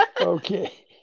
okay